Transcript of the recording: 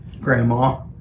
grandma